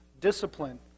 discipline